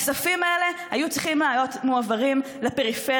הכספים האלה היו צריכים להיות מועברים לפריפריה,